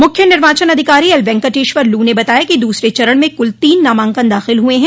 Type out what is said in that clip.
मुख्य निर्वाचन आधिकारी एल वेक्टेश्वर लू ने बताया कि दूसरे चरण में कुल तीन नामांकन दाखिल हुए हैं